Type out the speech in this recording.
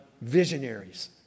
visionaries